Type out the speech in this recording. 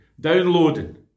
downloading